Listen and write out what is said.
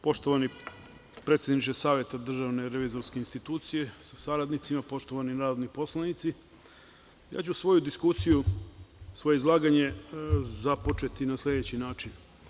Poštovani predsedniče Saveta DRI sa saradnicima, poštovani narodni poslanici, ja ću svoju diskusiju, svoje izlaganje započeti na sledeći način.